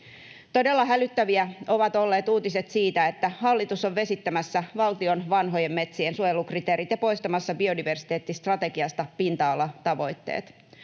Todella hälyttäviä ovat olleet uutiset siitä, että hallitus on vesittämässä valtion vanhojen metsien suojelukriteerit ja poistamassa biodiversiteettistrategiasta pinta-alatavoitteet.